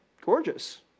gorgeous